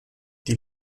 die